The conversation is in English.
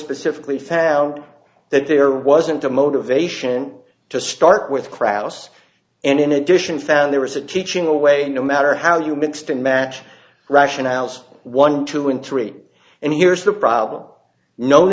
specifically found that there wasn't a motivation to start with krauss and in addition found there was a teaching away no matter how you mixed in match rationales one two and three and here's the problem known